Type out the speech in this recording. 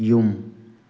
ꯌꯨꯝ